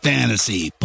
Fantasy